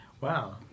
Wow